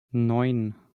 neun